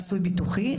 ביטוחי,